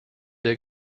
der